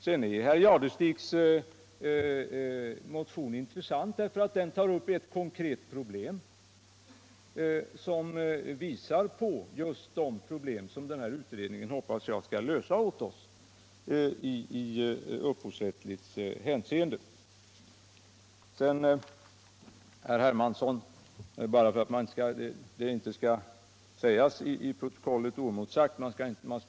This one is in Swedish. Herr Jadestigs motion är intressant därför att den tar upp en konkret fråga som visar just de problem i upphovsrättsligt hänseende som jag hoppas att utredningen skall lösa åt oss.